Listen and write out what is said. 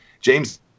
James